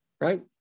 right